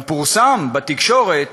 גם פורסם בתקשורת